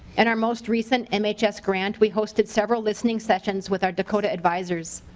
and our most recent mhs grant we hosted several listening sessions with our dakota advisors.